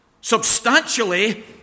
substantially